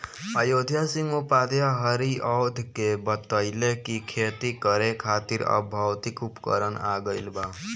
अयोध्या सिंह उपाध्याय हरिऔध के बतइले कि खेती करे खातिर अब भौतिक उपकरण आ गइल बा